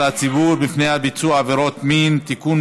הציבור מפני ביצוע עבירות מין (תיקון,